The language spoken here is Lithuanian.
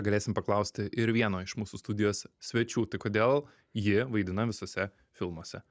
galėsim paklausti ir vieno iš mūsų studijos svečių tai kodėl ji vaidina visuose filmuose